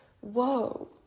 whoa